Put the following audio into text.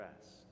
rest